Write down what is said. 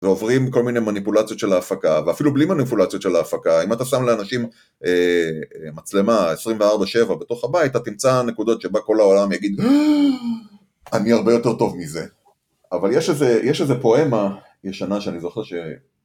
ועוברים כל מיני מניפולציות של ההפקה, ואפילו בלי מניפולציות של ההפקה, אם אתה שם לאנשים מצלמה 24-7 בתוך הבית, אתה תמצא נקודות שבה כל העולם יגיד, אני הרבה יותר טוב מזה, אבל יש איזה פואמה ישנה שאני זוכר ש...